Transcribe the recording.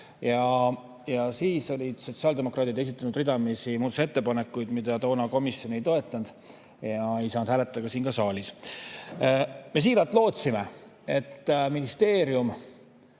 Ja siis olid sotsiaaldemokraadid esitanud ridamisi muudatusettepanekuid, mida toona komisjon ei toetanud ja mida ei saanud hääletada ka siin saalis. Me siiralt lootsime, et ministeerium